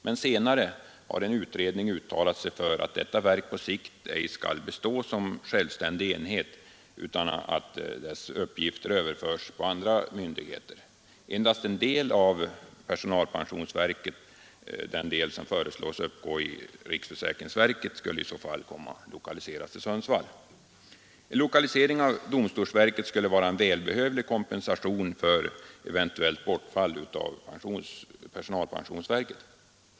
Men senare har en utredning uttalat sig för att detta verk på sikt inte skall bestå som självständig enhet utan att dess uppgifter skall överföras till andra myndigheter. Endast den del av personalpensionsverket som föreslås uppgå i riksförsäkringsverket skulle i så fall komma att lokaliseras till Sundsvall. En lokalisering till Sundsvall av domstolsverket skulle vara en välbehövlig kompensation för eventuellt bortfall av personalpensionsverket.